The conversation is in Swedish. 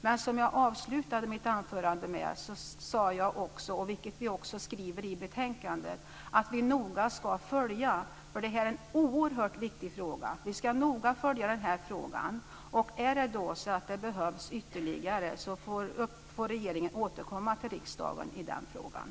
Men jag avslutade mitt anförande med att säga, vilket vi också skriver i betänkandet, att vi noga ska följa det här. Det här är nämligen en oerhört viktig fråga. Vi ska noga följa den, och om det behövs något ytterligare får regeringen återkomma till riksdagen i den frågan.